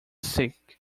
sick